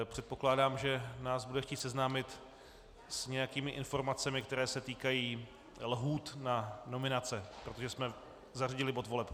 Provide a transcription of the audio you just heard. Předpokládám, že nás bude chtít seznámit s nějakými informacemi, které se týkají lhůt na nominace, protože jsme zařadili bod voleb.